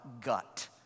gut